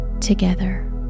together